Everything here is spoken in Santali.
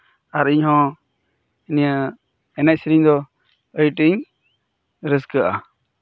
ᱟᱨ ᱤᱧᱦᱚᱸ ᱱᱤᱭᱟᱹ ᱮᱱᱮᱡ ᱥᱮᱨᱮᱧ ᱫᱚ ᱟᱹᱰᱤ ᱟᱸᱴᱤᱧ ᱨᱟᱹᱥᱠᱟᱹᱜᱼᱟ